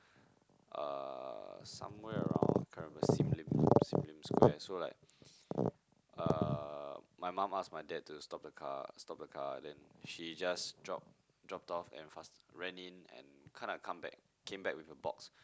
uh somewhere around I can't remember Sim-Lim Sim-Lim-Square so like uh my mom asked my dad to stop the car stop the car and then she just dropped dropped off and faster ran in and kinda come back came back with a box